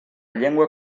llengua